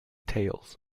tails